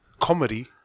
comedy